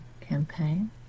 campaign